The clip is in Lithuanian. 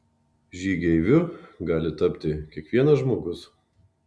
žygeiviu gali tapti kiekvienas žmogus